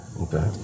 Okay